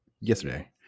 yesterday